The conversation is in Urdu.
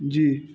جی